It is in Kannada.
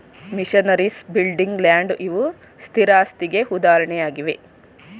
ಮಿಷನರೀಸ್, ಬಿಲ್ಡಿಂಗ್, ಲ್ಯಾಂಡ್ ಇವು ಸ್ಥಿರಾಸ್ತಿಗೆ ಉದಾಹರಣೆಯಾಗಿವೆ